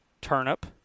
turnip